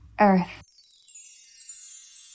Earth